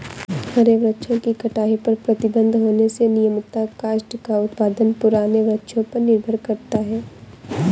हरे वृक्षों की कटाई पर प्रतिबन्ध होने से नियमतः काष्ठ का उत्पादन पुराने वृक्षों पर निर्भर करता है